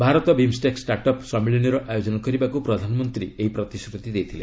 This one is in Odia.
ଭାରତ ବିମ୍ଷେକ୍ ଷ୍ଟାର୍ଟ ଅପ୍ ସମ୍ମିଳନୀର ଆୟୋଜନ କରିବାକୁ ପ୍ରଧାନମନ୍ତ୍ରୀ ଏହି ପ୍ରତିଶ୍ରତି ଦେଇଥିଲେ